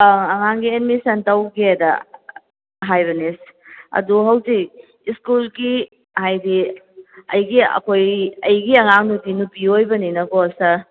ꯑꯪ ꯑꯉꯥꯡꯒꯤ ꯑꯦꯠꯃꯤꯁꯟ ꯇꯧꯒꯦꯗ ꯍꯥꯏꯕꯅꯤ ꯑꯗꯨ ꯍꯧꯖꯤꯛ ꯏꯁꯀꯨꯜꯒꯤ ꯍꯥꯏꯗꯤ ꯑꯩꯒꯤ ꯑꯩꯈꯣꯏ ꯑꯩꯒꯤ ꯑꯉꯥꯡꯁꯤ ꯅꯨꯄꯤ ꯑꯣꯏꯕꯅꯤꯅꯀꯣ ꯁꯥꯔ